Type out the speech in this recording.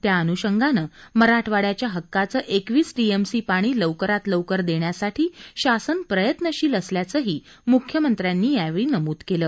त्याअन्षंगानं मराठवाइयाच्या हक्काचं एकवीस टीएमसी पाणी लवकरात लवकर देण्यासाठी शासन प्रयत्नशील असल्याचंही म्ख्यमंत्र्यांनी यावेळी नमुद केलं